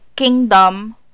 Kingdom